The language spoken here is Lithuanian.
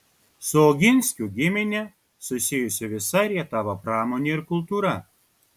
su oginskių gimine susijusi visa rietavo pramonė ir kultūra